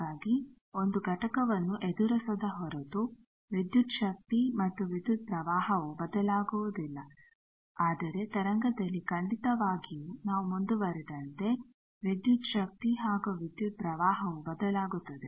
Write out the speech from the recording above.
ಹಾಗಾಗಿ ಒಂದು ಘಟಕವನ್ನು ಎದುರಿಸದ ಹೊರತು ವಿದ್ಯುತ್ ಶಕ್ತಿ ಮತ್ತು ವಿದ್ಯುತ್ ಪ್ರವಾಹವು ಬದಲಾಗುವುದಿಲ್ಲ ಆದರೆ ತರಂಗದಲ್ಲಿ ಖಂಡಿತವಾಗಿಯೂ ನಾವು ಮುಂದುವರೆದಂತೆ ವಿದ್ಯುತ್ ಶಕ್ತಿ ಹಾಗೂ ವಿದ್ಯುತ್ ಪ್ರವಾಹವು ಬದಲಾಗುತ್ತದೆ